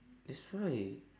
that's why